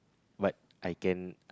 but I can